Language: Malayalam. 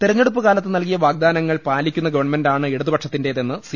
തെരഞ്ഞെടുപ്പ് കാലത്ത് നൽകിയ വാഗ്ദാനങ്ങൾ പാലിക്കുന്ന ഗവൺമെന്റാണ് ഇടതു പക്ഷത്തിന്റേതെന്ന് സി